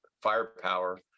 firepower